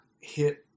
hit